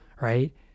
right